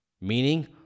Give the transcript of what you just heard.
Meaning